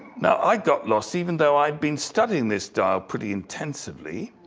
now i got lost even though i'd been studying this dial pretty intensively.